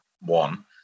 one